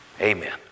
Amen